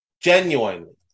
Genuinely